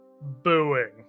booing